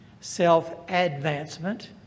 self-advancement